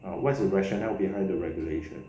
ah what's the rationale behind the regulation